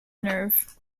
nerve